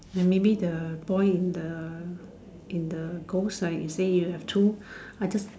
then maybe the boy in the in the girl side you say you have two I just